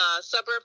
suburb